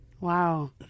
Wow